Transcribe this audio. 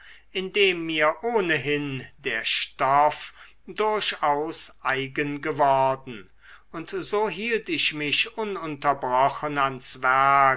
indem mir ohnehin der stoff durchaus eigen geworden und so hielt ich mich ununterbrochen ans werk